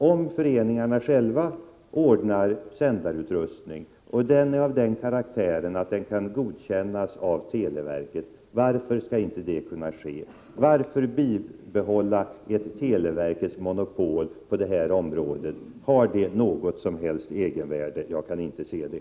Om en förening själv ordnar sändarutrustning av den karaktären att den kan godkännas av televerket, varför skall den då inte få göra det? Varför bibehålla televerkets monopol på detta område? Har det något som helst egenvärde? Jag kan inte se det.